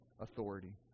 authority